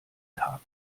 tag